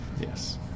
Yes